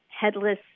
headless